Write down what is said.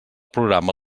programa